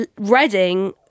Reading